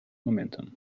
momentum